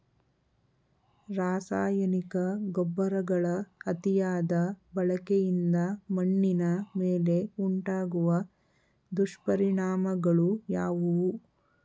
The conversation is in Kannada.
ರಾಸಾಯನಿಕ ಗೊಬ್ಬರಗಳ ಅತಿಯಾದ ಬಳಕೆಯಿಂದ ಮಣ್ಣಿನ ಮೇಲೆ ಉಂಟಾಗುವ ದುಷ್ಪರಿಣಾಮಗಳು ಯಾವುವು?